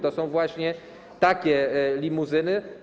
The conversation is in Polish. To są właśnie takie limuzyny.